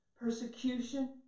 persecution